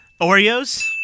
Oreos